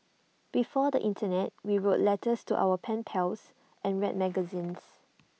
before the Internet we wrote letters to our pen pals and read magazines